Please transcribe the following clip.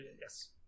Yes